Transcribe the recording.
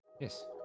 Yes